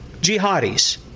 jihadis